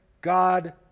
God